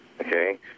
Okay